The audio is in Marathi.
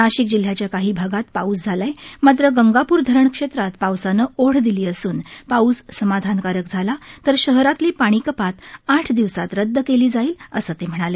नाशिक जिल्ह्याच्या काही भागात पाऊस झाला आहे मात्र गंगापूर धरण क्षेत्रात पावसानं ओढ दिली असून पाऊस समाधानकारक झाला तर शहरातली पाणी कपात आठ दिवसात रद्द केली जाईल असं ते म्हणाले